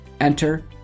enter